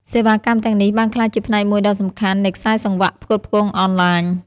សេវាកម្មទាំងនេះបានក្លាយជាផ្នែកមួយដ៏សំខាន់នៃខ្សែសង្វាក់ផ្គត់ផ្គង់អនឡាញ។